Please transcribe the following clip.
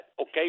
Okay